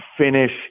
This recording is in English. finish